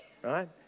Right